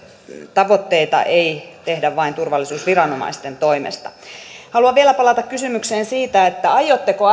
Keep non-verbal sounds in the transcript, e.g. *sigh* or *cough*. tavoitteita ei tehdä vain turvallisuusviranomaisten toimesta haluan vielä palata kysymykseen siitä aiotteko *unintelligible*